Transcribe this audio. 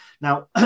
Now